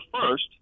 first